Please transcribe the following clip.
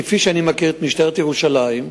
כפי שאני מכיר את משטרת ירושלים,